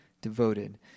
Devoted